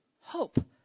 Hope